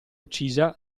uccisa